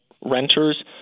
renters